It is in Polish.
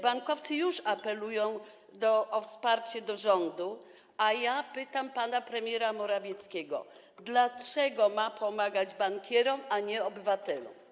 Bankowcy już apelują o wsparcie do rządu, a ja pytam pana premiera Morawieckiego, dlaczego ma pomagać bankierom, a nie obywatelom.